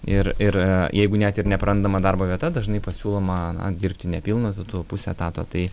ir ir jeigu net ir neprandama darbo vieta dažnai pasiūloma dirbti nepilnu etatu puse etato tai